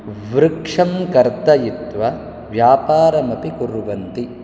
वृक्षं कर्तयित्वा व्यापारमपि कुर्वन्ति